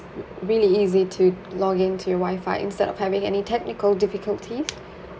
really easy to login to your wi-fi instead of having any technical difficulties